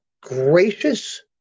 gracious